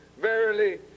Verily